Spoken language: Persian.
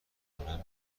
میکنم